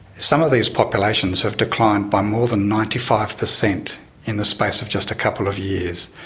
some of these populations have declined by more than ninety five percent in the space of just a couple of years,